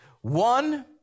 One